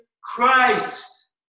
Christ